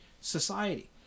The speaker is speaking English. society